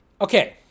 Okay